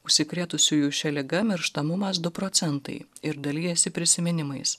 užsikrėtusiųjų šia liga mirštamumas du procentai ir dalijasi prisiminimais